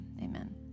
amen